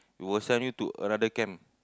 we will send you to another camp